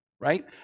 right